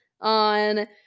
on